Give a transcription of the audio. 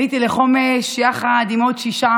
עליתי לחומש יחד עם עוד שישה